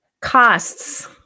costs